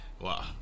Wow